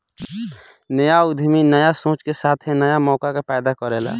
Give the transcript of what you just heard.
न्या उद्यमी न्या सोच के साथे न्या मौका के पैदा करेला